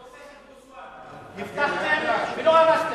את סכר אסואן, הבטחתם ולא הרסתם,